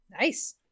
Nice